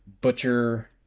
butcher